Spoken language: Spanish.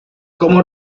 como